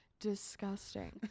Disgusting